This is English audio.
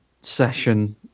session